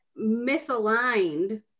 misaligned